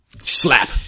Slap